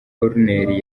koruneri